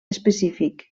específic